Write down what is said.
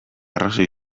arrazoi